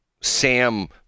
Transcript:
Sam